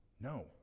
No